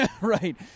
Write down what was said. Right